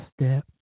Step